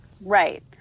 right